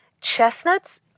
chestnuts